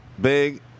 big